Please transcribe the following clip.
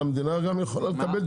המדינה גם יכולה לקבל תביעות.